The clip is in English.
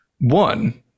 One